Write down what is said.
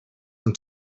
and